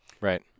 Right